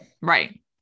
Right